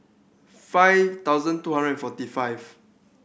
five thousand two hundred forty five